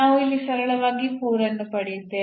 ನಾವು ಇಲ್ಲಿ ಸರಳವಾಗಿ 4 ಅನ್ನು ಪಡೆಯುತ್ತೇವೆ